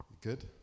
Good